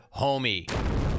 homie